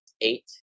eight